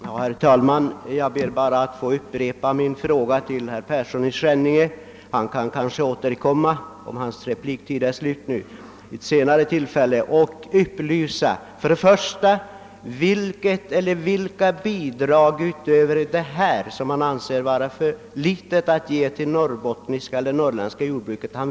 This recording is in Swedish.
Herr talman! Jag vill upprepa min anhållan till herr Persson i Skänninge — han kanske kan återkomma senare om hans repliktid nu är slut. Vill alltså herr Persson upplysa om följande: 1. Vilka bidrag utöver detta, som han anser vara för litet, vill han ge det norrländska jordbruket? 2.